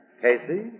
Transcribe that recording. Casey